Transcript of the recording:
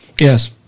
Yes